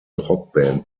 rockband